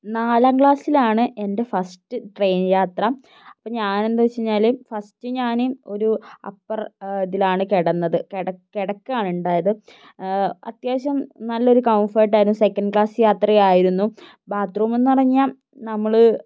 നാലാം ക്ലാസ്സിലാണ് എന്റെ ഫസ്റ്റ് ട്രെയിൻ യാത്ര അപ്പോൾ ഞാൻ എന്താ വെച്ച് കഴിഞ്ഞാൽ ഫസ്റ്റ് ഞാൻ ഒരു അപ്പർ ഇതിലാണ് കിടന്നത് കിടക്കുകയാണ് ഉണ്ടായത് അത്യാവശ്യം നല്ലൊരു കംഫോർട്ട് ആയിരുന്നു സെക്കൻഡ് ക്ലാസ് യാത്ര ആയിരുന്നു ബാത്റൂമെന്ന് പറഞ്ഞാൽ നമ്മൾ